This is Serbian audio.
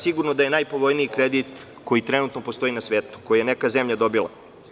Sigurno da je najpovoljniji kredit koji trenutno postoji na svetu, koji je neka zemlja dobila.